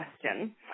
question